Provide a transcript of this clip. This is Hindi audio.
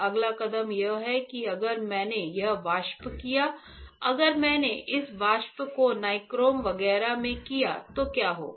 अगला कदम यह है कि अगर मैंने यह वाष्प किया अगर मैंने इस वाष्प को नाइक्रोम वगैरह में किया तो क्या होगा